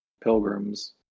pilgrims